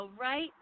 right